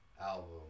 album